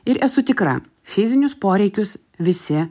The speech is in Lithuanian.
ir esu tikra fizinius poreikius visi